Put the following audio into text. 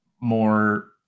more